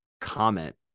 comment